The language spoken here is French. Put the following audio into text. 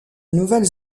nouvelle